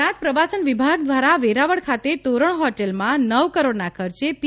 ગુજરાત પ્રવાસન વિભાગ દ્રારા વેરાવળ ખાતે તોરણ હોટેલમાં નવ કરોડના ખર્ચે પી